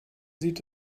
sieht